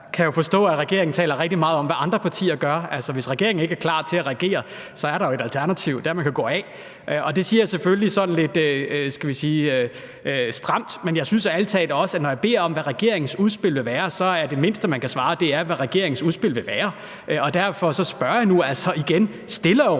Michael Aastrup Jensen (V): Tak for det. Jeg kan jo forstå, at regeringen taler rigtig meget om, hvad andre partier gør. Hvis regeringen ikke er klar til at regere, er der jo et alternativ, og det er, at man kan gå af. Det siger jeg selvfølgelig sådan lidt stramt, men jeg synes ærlig talt også, at når jeg beder om at høre, hvad regeringens udspil vil være, er det mindste, man kan svare, hvad regeringens udspil vil være. Derfor spørger jeg nu altså igen stille og roligt: